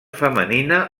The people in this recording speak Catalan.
femenina